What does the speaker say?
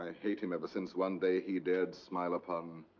ah hate him ever since one day he dared smile upon.